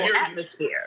atmosphere